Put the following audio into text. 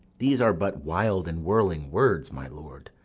these are but wild and whirling words, my lord.